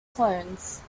clones